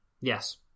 Yes